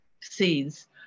seeds